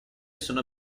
sono